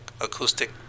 acoustic